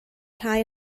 rhai